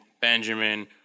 Benjamin